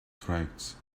tracts